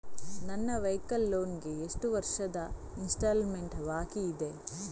ನನ್ನ vehicle loan ಗೆ ಎಷ್ಟು ವರ್ಷದ ಇನ್ಸ್ಟಾಲ್ಮೆಂಟ್ ಬಾಕಿ ಇದೆ?